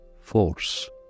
force